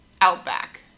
Outback